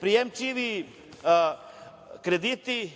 prijemčiviji krediti,